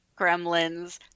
Gremlins